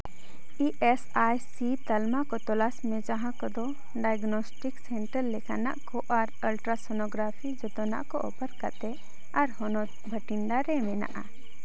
E S I C ᱛᱟᱞᱢᱟ ᱠᱚ ᱛᱚᱞᱟᱥ ᱢᱮ ᱡᱟᱦᱟᱸ ᱠᱚᱫᱚ ᱰᱟᱭᱜᱚᱱᱚᱥᱴᱤᱠ ᱥᱮᱱᱴᱟᱨ ᱞᱮᱠᱟᱱᱟᱜ ᱠᱚ ᱟᱨ ᱟᱞᱴᱨᱟ ᱥᱚᱱᱳᱜᱨᱟᱯᱷᱤ ᱡᱚᱛᱚᱱᱟᱜ ᱠᱚ ᱚᱯᱷᱟᱨ ᱠᱟᱛᱮ ᱟᱨ ᱦᱚᱱᱚᱛ ᱵᱷᱟᱴᱤᱱᱰᱟ ᱨᱮ ᱢᱮᱱᱟᱜᱼᱟ